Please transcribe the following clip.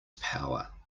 power